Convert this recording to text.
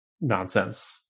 nonsense